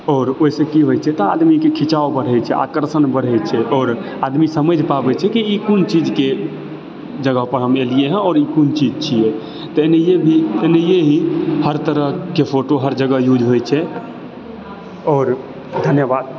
आओर ओहिसँ की होइ छै तऽ आदमीके खिंचाव बढ़ैत छै आकर्षण बढ़ैत छै आओर आदमी समझि पाबैत छै कि ई कोन चीजके जगह पर हम एलियै हँ आओर ई कोन चीज छियै तेन्हिएभी एन्हिए ही हर तरहके फोटो हर जगह यूज होइत छै आओर धन्यवाद